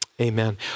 Amen